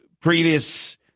previous